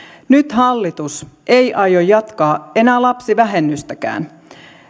nyt hallitus ei aio jatkaa enää lapsivähennystäkään